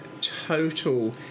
total